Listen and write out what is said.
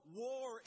war